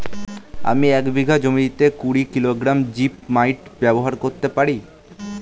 আমি এক বিঘা জমিতে কুড়ি কিলোগ্রাম জিপমাইট ব্যবহার করতে পারি?